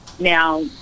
Now